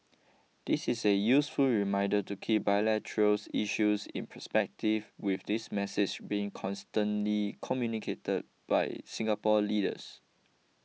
this is a useful reminder to keep bilateral issues in perspective with this message being consistently communicated by Singapore leaders